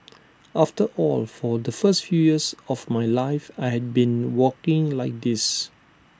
after all for the first few years of my life I had been walking like this